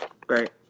great